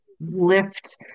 lift